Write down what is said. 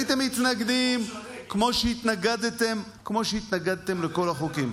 הייתם מתנגדים כמו שהתנגדתם לכל החוקים.